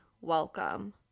welcome